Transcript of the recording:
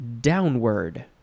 downward